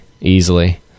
Easily